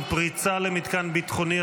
פריצה למתקן ביטחוני),